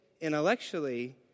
intellectually